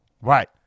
Right